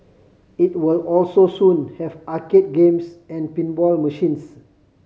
it will also soon have arcade games and pinball machines